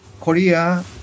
Korea